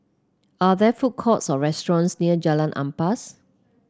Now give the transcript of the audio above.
are there food courts or restaurants near Jalan Ampas